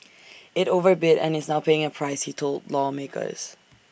IT overbid and is now paying A price he told lawmakers